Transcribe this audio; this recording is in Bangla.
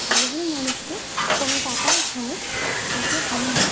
সাধারণ মানুষকে কোনও টাকা এখানে দিতে হয় না